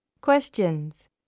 Questions